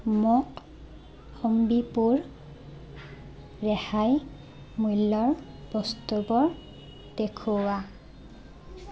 মোক অম্বিপুৰ ৰেহাই মূল্যৰ বস্তুবোৰ দেখুওৱা